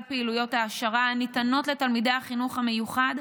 פעילויות ההעשרה הניתנות לתלמידי החינוך המיוחד,